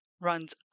runs